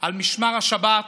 על משמר השבת,